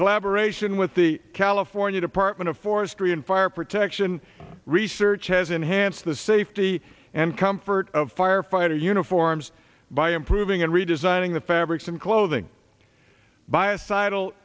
collaboration with the california department of forestry and fire protection research has enhanced the safety and comfort of firefighter uniforms by improving and redesigning the fabrics and clothing bias sid